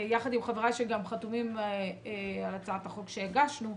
יחד עם חבריי שגם חתומים על הצעת החוק שהגשנו,